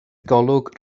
golwg